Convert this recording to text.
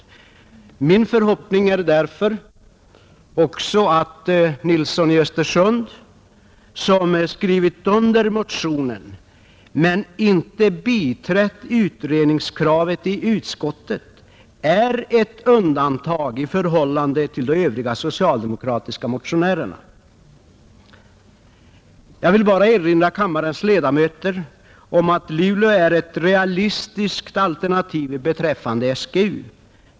Det är därför också min förhoppning att herr Nilsson i Östersund, som skrivit under motionen men inte biträtt utredningskravet i utskottet, är ett undantag i förhållande till de övriga socialdemokratiska motionärerna, Jag vill bara erinra kammarens ledamöter om att Luleå är ett realistiskt alternativ beträffande SGU.